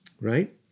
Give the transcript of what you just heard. Right